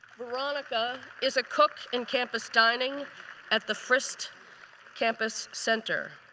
veronica is a cook in campus dining at the frist campus center.